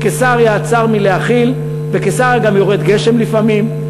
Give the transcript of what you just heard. בקיסריה צר מלהכיל, בקיסריה גם יורד גשם לפעמים.